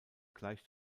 gleicht